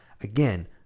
again